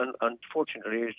unfortunately